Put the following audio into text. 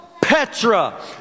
petra